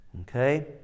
Okay